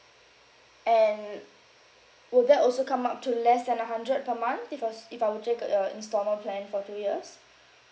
and would that also come up to less than a hundred per month if was if I were take uh y~ uh installment plan for two years